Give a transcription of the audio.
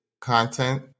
content